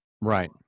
Right